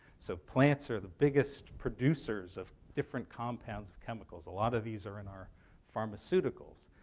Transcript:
so plants are the biggest producers of different compounds of chemicals. a lot of these are and our pharmaceuticals.